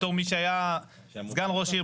בתור מי שהיה סגן ראש עיר,